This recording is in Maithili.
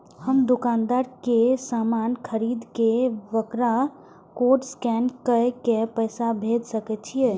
हम दुकानदार के समान खरीद के वकरा कोड स्कैन काय के पैसा भेज सके छिए?